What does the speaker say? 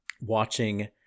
watching